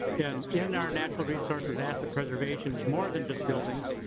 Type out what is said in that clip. and in our natural resources asset preservation is more than just buildings.